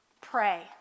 Pray